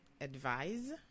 advise